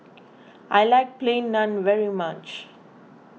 I like Plain Naan very much